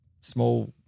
small